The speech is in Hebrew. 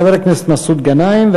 חבר הכנסת מסעוד גנאים,